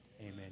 Amen